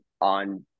on